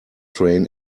train